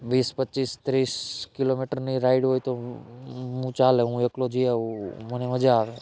વીસ પચ્ચીસ ત્રીસ કિલોમીટરની રાઈડ હોય તો હું ચાલે હું એકલો જઈ આવું મને મજા આવે